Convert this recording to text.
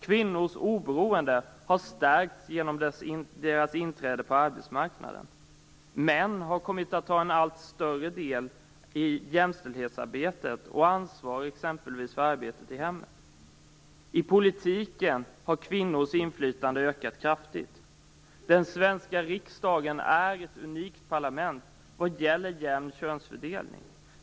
Kvinnors oberoende har stärkts genom deras inträde på arbetsmarknaden. Män har kommit att ta en allt större del i jämställdhetsarbetet och ansvar t.ex. för arbetet i hemmen. I politiken har kvinnors inflytande ökat kraftigt. Den svenska riksdagen är ett unikt parlament vad gäller jämn könsfördelning.